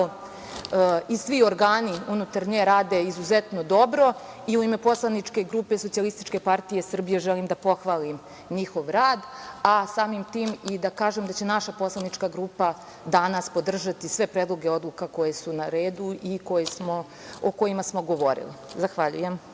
i svi organi unutar nje rade izuzetno dobro i u ime poslaničke grupe SPS želim da pohvalim njihov rad, a samim tim i da kažem da će naša poslanička grupa danas podržati sve predloge odluka koje su na redu i o kojima smo govorili. Zahvaljujem.